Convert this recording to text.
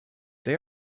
they